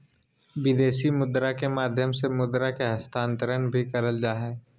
विदेशी मुद्रा के माध्यम से मुद्रा के हस्तांतरण भी करल जा हय